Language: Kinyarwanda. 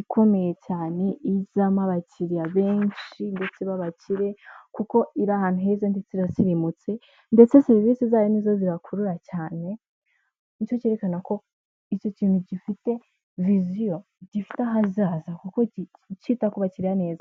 ikomeye cyane izamo abakiriya benshi ndetse b'abakire kuko iri ahantu heza ndetse irasirimutse ndetse serivisi zayo nizo zibakurura cyane ni cyo cyerekana ko icyo kintu gifite visiyo gifite ahazaza kuko cyita ku bakiriya neza.